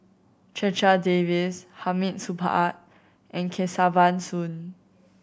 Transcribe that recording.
Checha Davies Hamid Supaat and Kesavan Soon